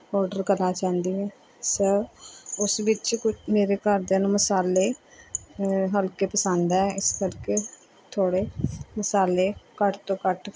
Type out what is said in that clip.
order ਕਰਨਾ ਚਾਹੁੰਦੀ ਹਾਂ ਸਰ ਉਸ ਵਿੱਚ ਕੋਈ ਮੇਰੇ ਘਰਦਿਆਂ ਨੂੰ ਮਸਾਲੇ ਹ ਹਲਕੇ ਪਸੰਦ ਹੈ ਇਸ ਕਰਕੇ ਥੋੜ੍ਹੇ ਮਸਾਲੇ ਘੱਟ ਤੋਂ ਘੱਟ